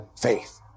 faith